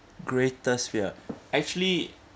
greatest fear actually